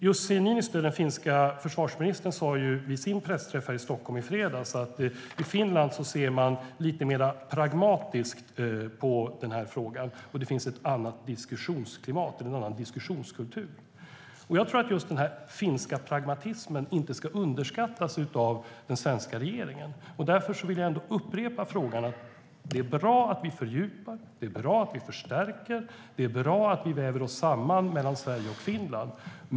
Jussi Niniistö, den finska försvarsministern, sa vid sin pressträff i Stockholm i fredags att man ser lite mer pragmatiskt på den här frågan i Finland och att det finns en annan diskussionskultur. Jag tror att den svenska regeringen inte ska underskatta just den finska pragmatismen. Därför vill jag upprepa frågan. Det är bra att vi fördjupar, det är bra att vi förstärker och det är bra att Sverige och Finland vävs samman.